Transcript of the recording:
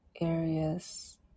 areas